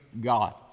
God